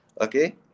Okay